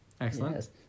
Excellent